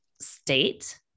state